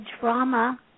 drama